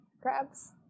crabs